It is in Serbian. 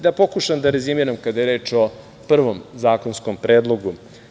Da pokušam da rezimiram, kada je reč o prvom zakonskom predlogu.